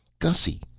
gussy,